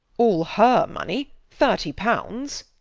all her money. thirty pounds.